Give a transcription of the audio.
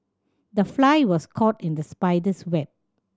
the fly was caught in the spider's web